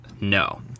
No